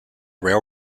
rail